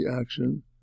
action